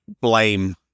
blame